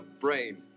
brain